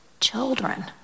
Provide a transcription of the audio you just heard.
children